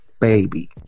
baby